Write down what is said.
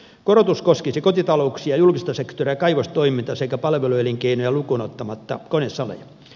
korotus koskisi kotitalouksia julkista sektoria kaivostoimintaa sekä palveluelinkeinoja lukuun ottamatta konesaleja